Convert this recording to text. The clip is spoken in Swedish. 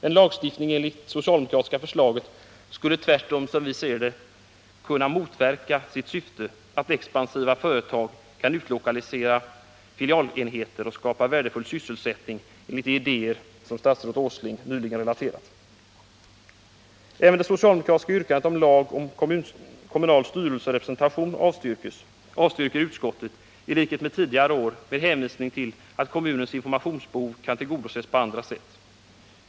En lagstiftning enligt det socialdemokratiska förslaget skulle tvärtom, som vi ser det, kunna motverka sitt syfte att expansiva företag skulle kunna utlokalisera filialenheter och skapa värdefull sysselsättning enligt de idéer statsrådet Åsling nyligen relaterat. presentation avstyrker utskottet, i likhet med tidigare år, med hänvisning till att kommunernas informationsbehov kan tillgodoses på andra sätt.